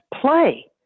play